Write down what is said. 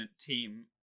team